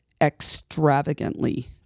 extravagantly